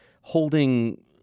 holding